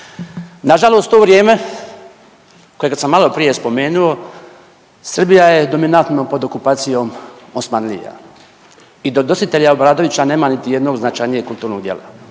Nažalost to vrijeme kojeg sam maloprije spomenuo, Srbija je dominantno pod okupacijom Osmanlija i do Dositelja Obradovića nema niti jednog značajnijeg kulturnog djela.